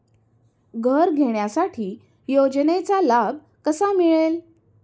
घर घेण्यासाठी योजनेचा लाभ कसा मिळेल?